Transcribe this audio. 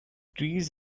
trees